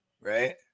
right